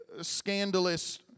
scandalous